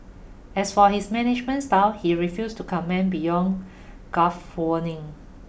as for his management style he refuse to comment beyond gulf warning